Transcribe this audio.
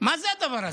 מה זה הדבר הזה?